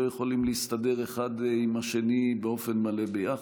יכולים להסתדר אחד עם השני באופן מלא ביחד,